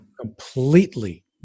completely